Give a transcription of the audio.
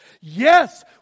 Yes